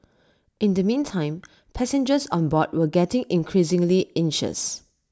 in the meantime passengers on board were getting increasingly anxious